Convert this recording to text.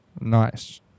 Nice